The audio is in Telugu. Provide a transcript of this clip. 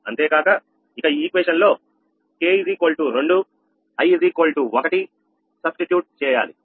అంతేకాక ఇక సమీకరణంలో లో k 2 i 1 ప్రత్యామ్నాయం చేయాలి